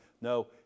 No